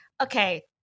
okay